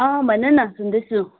अँ भनन सुन्दैछु